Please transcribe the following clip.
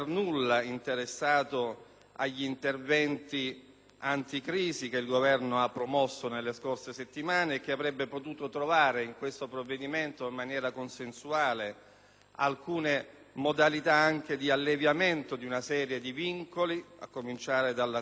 dagli interventi anticrisi che il Governo ha promosso nelle scorse settimane e che avrebbe potuto trovare in questo provvedimento, con il consenso di tutti, alcune modalità anche di alleviamento di una serie di vincoli, a cominciare dal contenzioso previdenziale,